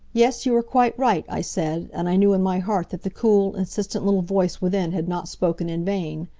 yes you are quite right, i said, and i knew in my heart that the cool, insistent little voice within had not spoken in vain.